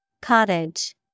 Cottage